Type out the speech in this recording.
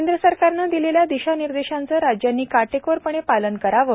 केंद्र सरकारनं दिलेल्या दिशानिर्देशांचं राज्यांनी काटेकोरपणे पालन करावं